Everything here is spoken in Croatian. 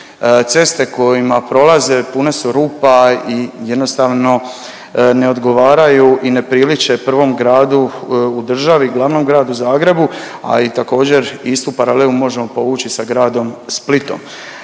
ceste kojima prolaze pune su rupa i jednostavno ne odgovaraju i ne priliče prvom gradu u državi, glavnom Gradu Zagrebu, a i također istu paralelu možemo povući i sa gradom Splitom.